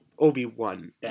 Obi-Wan